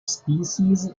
species